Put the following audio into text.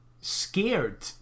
scared